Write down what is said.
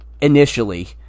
initially